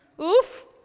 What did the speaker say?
Oof